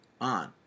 on